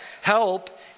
Help